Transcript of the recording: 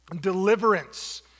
deliverance